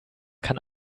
kann